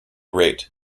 rate